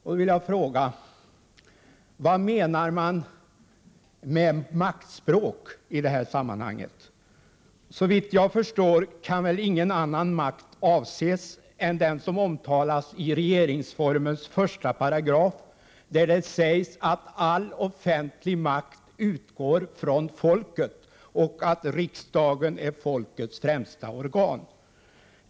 Jag vill fråga: Vad menar man med maktspråk i detta sammanhang? Såvitt jag förstår kan ingen annan makt avses än den som omtalas i regeringsformens första paragraf, där det sägs att all offentlig makt utgår från folket och att riksdagen är folkets främsta organ.